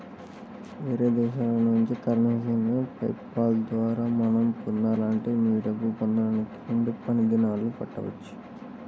వేరే దేశాల నుంచి కరెన్సీని పే పాల్ ద్వారా మనం పొందాలంటే మీ డబ్బు పొందడానికి రెండు పని దినాలు పట్టవచ్చు